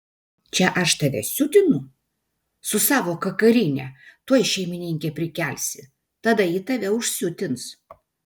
čia aš tave siutinu su savo kakarine tuoj šeimininkę prikelsi tada ji tave užsiutins